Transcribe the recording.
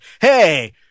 hey